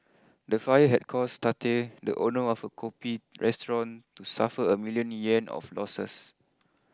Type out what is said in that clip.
the fire had caused Tate the owner of a Kopi restaurant to suffer a million Yuan of losses